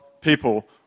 people